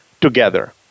together